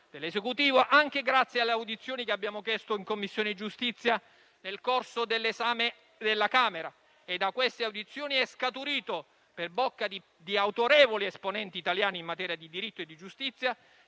dell'Esecutivo, anche grazie alle audizioni che abbiamo chiesto in Commissione giustizia nel corso dell'esame della Camera e da queste è scaturito, per bocca di autorevoli esponenti italiani in materia di diritto e di giustizia,